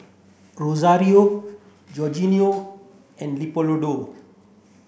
Rosario Georginio and Leopoldo